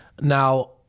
Now